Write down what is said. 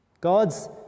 God's